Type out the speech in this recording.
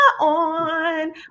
on